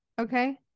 Okay